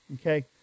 Okay